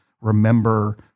remember